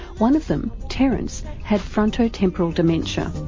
one of them, terence, had frontotemporal dementia.